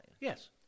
Yes